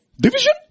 division